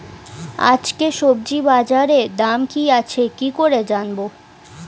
আজকে সবজি বাজারে দাম কি আছে কি করে জানবো?